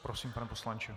Prosím, pane poslanče.